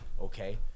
okay